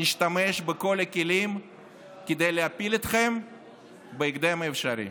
נשתמש בכל הכלים כדי להפיל אתכם בהקדם האפשרי.